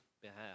behalf